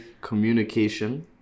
communication